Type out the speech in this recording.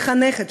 מחנכת,